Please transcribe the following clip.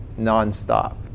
nonstop